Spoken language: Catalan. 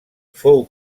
fou